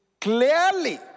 clearly